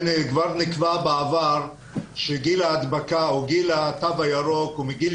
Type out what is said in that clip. כבר נקבע בעבר שגיל ההדבקה וגיל התו הירוק הוא מגיל